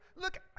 look